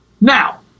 Now